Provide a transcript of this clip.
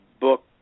book